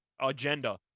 agenda